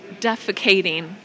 defecating